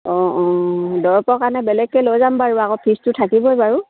অঁ অঁ দৰৱৰ কাৰণে বেলেগকৈ লৈ যাম বাৰু আকৌ ফিজটো থাকিবই বাৰু